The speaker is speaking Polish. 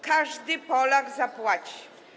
Każdy Polak zapłaci.